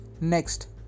Next